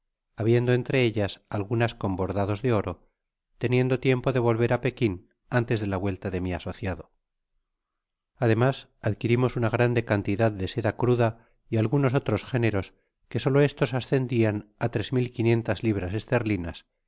habiendo entre ellas algunas con bordados de oro teniendo tiempo de volver á pekin antes de la vuelta de mi asociado ademas adquirimos una grande cantidad de seda cruda y algunos otros géneros que solo estos ascendian á tres mil quinientas libras esterlinas